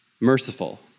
merciful